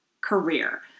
career